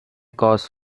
cost